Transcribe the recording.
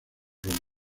roma